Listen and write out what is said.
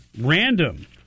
random